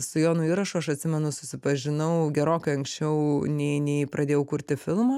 su jonu jurašu aš atsimenu susipažinau gerokai anksčiau nei nei pradėjau kurti filmą